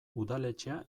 udaletxea